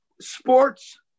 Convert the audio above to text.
sports